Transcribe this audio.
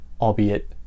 albeit